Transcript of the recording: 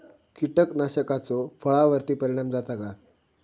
कीटकनाशकाचो फळावर्ती परिणाम जाता काय?